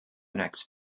next